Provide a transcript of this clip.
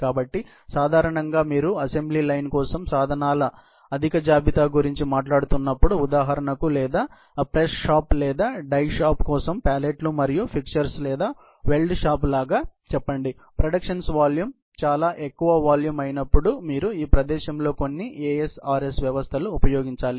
కాబట్టి సాధారణంగా మీరు అసెంబ్లీ లైన్ కోసం సాధనాల అధిక జాబితా గురించి మాట్లాడుతున్నప్పుడు ఉదాహరణకు లేదా ప్రెస్ షాప్ లేదా డై షాప్కోసం ప్యాలెట్లు మరియు ఫిక్చర్స్ లేదా వెల్డ్ షాప్ లాగా చెప్పండి ప్రొడక్షన్స్ వాల్యూమ్ చాలా ఎక్కువ వాల్యూమ్ అయినప్పుడు మీరు ఈ ప్రదేశంలో కొన్ని ASRS వ్యవస్థను ఉపయోగించాలి